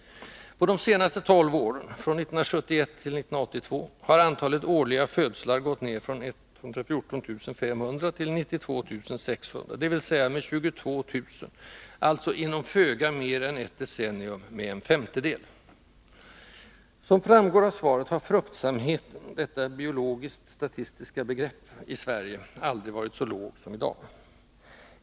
Under de senaste tolv åren, från 1971 till 1982, har antalet årliga födslar gått ned från 114 500 till 92 600, dvs. med 22 000, alltså med en femtedel inom föga mer än ett decennium. Som framgår av svaret har fruktsamheten — detta biologisktstatistiska begrepp — i Sverige aldrig varit så låg som i dag.